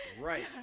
right